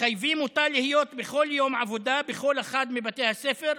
מחייבים אותה להיות בכל יום עבודה בכל אחד מבתי הספר.